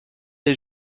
est